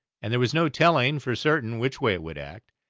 and there was no telling for certain which way it would act,